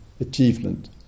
achievement